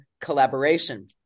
collaboration